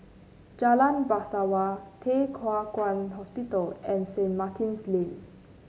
Jalan Bangsawan Thye Hua Kwan Hospital and Saint Martin's Lane